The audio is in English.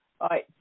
right